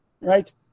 Right